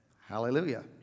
Hallelujah